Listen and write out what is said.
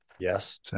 Yes